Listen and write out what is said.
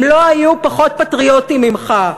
הם לא היו פחות פטריוטים ממך.